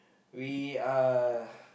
we are